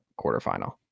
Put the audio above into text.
quarterfinal